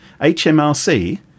HMRC